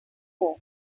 more